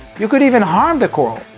you could even harm the corals.